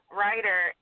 writer